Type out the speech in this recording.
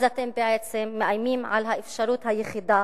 אז אתם בעצם מאיימים על האפשרות היחידה